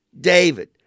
David